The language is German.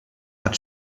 hat